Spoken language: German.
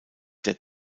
der